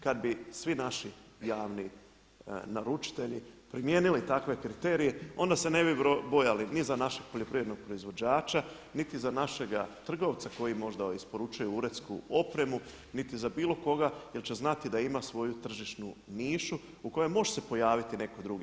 Kad bi svi naši javni naručitelji primijenili takve kriterije onda se ne bi bojali ni za našeg poljoprivrednog proizvođača, niti za našega trgovca koji možda isporučuje uredsku opremu, niti za bilo koga jer će znati da ima svoju tržišnu nišu u kojoj može se pojaviti netko drugi.